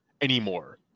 anymore